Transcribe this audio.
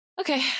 Okay